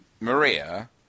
Maria